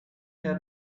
her